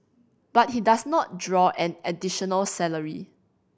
but he does not draw an additional salary